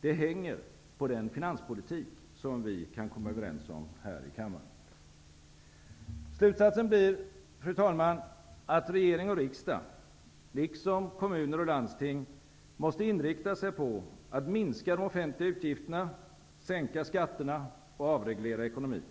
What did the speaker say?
Det hänger på den finanspolitik som vi kan komma överens om i kammaren. Slutsatsen blir, fru talman, att regering och riksdag, liksom kommuner och landsting, måste inrikta sig på att minska de offentliga utgifterna, sänka skatterna och avreglera ekonomin.